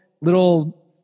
little